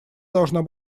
должна